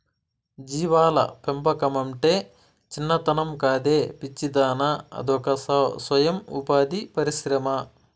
జీవాల పెంపకమంటే చిన్నతనం కాదే పిచ్చిదానా అదొక సొయం ఉపాధి పరిశ్రమ